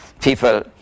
People